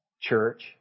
church